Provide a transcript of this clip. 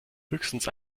höchstens